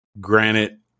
granite